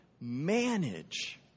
manage